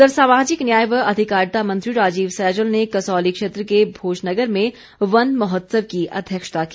इधर सामाजिक न्याय व अधिकारिता मंत्री राजीव सैजल ने कसौली क्षेत्र के भोजनगर के अलावा परवाणू में वन महोत्सव की अध्यक्षता की